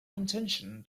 intention